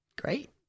Great